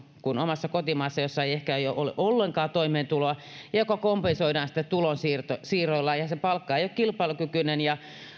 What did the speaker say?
kuin omassa kotimaassaan jossa ehkä ei ole ollut ollenkaan toimeentuloa ja se kompensoidaan sitten tulonsiirroilla ja se palkka ei ole kilpailukykyinen ja